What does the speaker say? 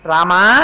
Rama